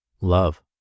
love